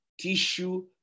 tissue